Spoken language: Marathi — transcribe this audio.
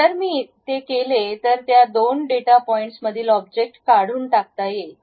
जर मी ते केले तर त्या दोन डेटा पॉईंट्समधील ऑब्जेक्ट काढून टाकता येईल